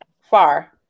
far